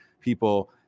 people